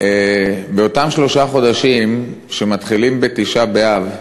באותם שלושה חודשים שמתחילים בתשעה באב,